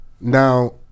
Now